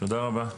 תודה רבה,